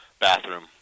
bathroom